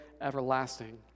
everlasting